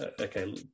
okay